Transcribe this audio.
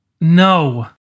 No